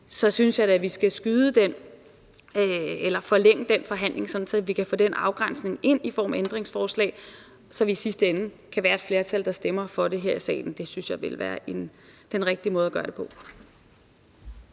synes jeg da, at vi skal forlænge den forhandling, sådan at vi kan få den afgrænsning ind i form af et ændringsforslag, så vi i sidste ende kan få et flertal, der stemmer for det her i salen. Det synes jeg ville være den rigtige måde at gøre det på.